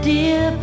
Dear